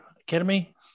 Academy